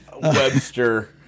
Webster